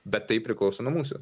bet tai priklauso nuo mūsų